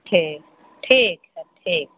ठीक ठीक है ठीक है